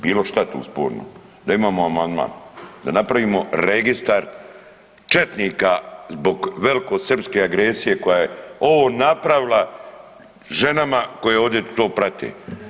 Bilo šta tu sporno da imamo amandman, da napravimo registar četnika zbog velikosrpske agresije koja je ovo napravila ženama koje ovdje to prate.